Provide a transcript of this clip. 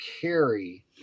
carry